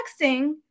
texting